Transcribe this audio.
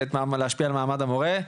ולהשפיע על מעמד המורה.